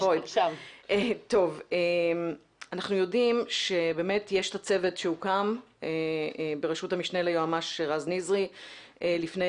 אנחנו יודעים שיש צוות שהוקם בראשות המשנה ליועמ"ש רז נזרי לפני